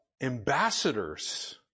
ambassadors